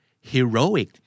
Heroic